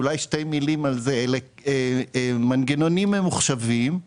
אלה מנגנונים ממוחשבים,